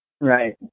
Right